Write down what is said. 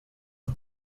the